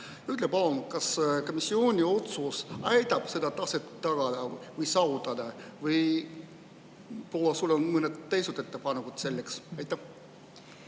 Ütle palun, kas komisjoni otsus aitab seda taset tagada või saavutada? Või võib-olla sul on mõned teised ettepanekud selleks? Aitäh,